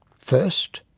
first,